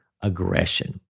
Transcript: aggression